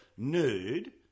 Nude